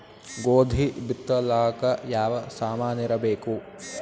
ಗೋಧಿ ಬಿತ್ತಲಾಕ ಯಾವ ಸಾಮಾನಿರಬೇಕು?